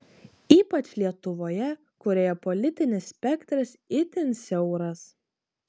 ypač lietuvoje kurioje politinis spektras itin siauras